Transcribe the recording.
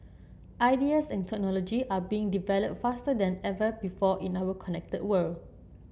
ideas and technology are being developed faster than ever before in our connected world